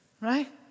Right